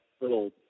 little